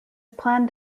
planned